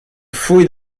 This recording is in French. fouille